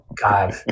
God